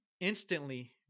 instantly